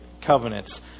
covenants